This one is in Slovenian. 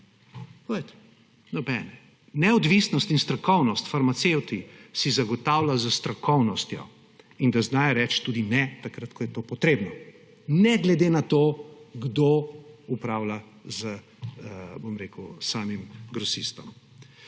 Neodvisnost in strokovnost si farmacevti zagotavljajo s strokovnostjo in da znajo reči tudi ne takrat, ko je to potrebno, ne glede na to, kdo upravlja s samim grosistom.